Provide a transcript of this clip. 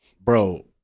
bro